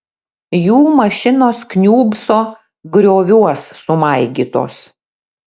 jų mašinos kniūbso grioviuos sumaigytos